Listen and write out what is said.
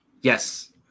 Yes